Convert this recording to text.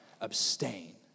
Abstain